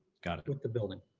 got it. with the building.